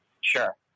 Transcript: Sure